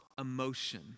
emotion